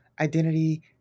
identity